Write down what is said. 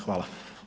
Hvala.